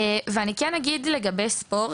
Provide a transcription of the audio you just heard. בנושא ספורט,